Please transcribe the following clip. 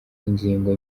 ingingo